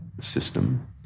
system